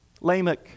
Lamech